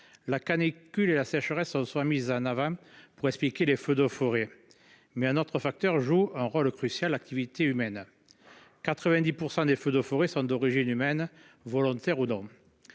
La canicule et la sécheresse, soit mis en avant pour expliquer les feux de forêt. Mais un autre facteur joue un rôle crucial, activités humaines. 90% des feux de forêts sont d'origine humaine volontaire ou dans.